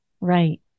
right